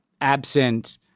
absent